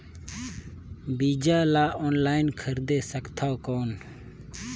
बीजा ला ऑनलाइन खरीदे सकथव कौन?